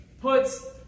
puts